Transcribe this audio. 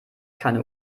keine